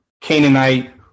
Canaanite